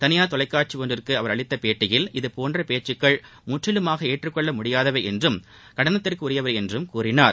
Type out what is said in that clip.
தனியார் தொலைகாட்சிக்கு அவர் அளித்த பேட்டியில் இதபோன்ற பேச்சுக்கள் முற்றிலுமாக ஏற்றுக்கொள்ள முடியாதவை என்றும் கண்டனத்திற்குரியவை என்றும் கூறினார்